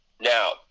Now